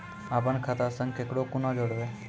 अपन खाता संग ककरो कूना जोडवै?